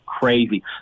Crazy